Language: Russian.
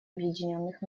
объединенных